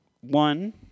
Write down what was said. One